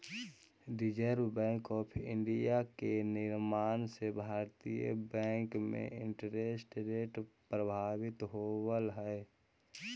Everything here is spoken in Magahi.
रिजर्व बैंक ऑफ इंडिया के निर्णय से भारतीय बैंक में इंटरेस्ट रेट प्रभावित होवऽ हई